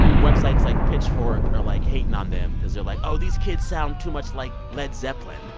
websites like pitchfork are, like, hating on them because they're like, oh, these kids sound too much like led zeppelin